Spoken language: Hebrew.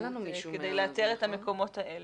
כדי לאתר את המקומות האלה.